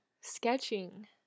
sketching